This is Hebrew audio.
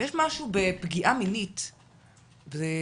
יש משהו בפגיעה מינית פיזית,